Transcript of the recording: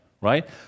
right